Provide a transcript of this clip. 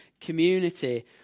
community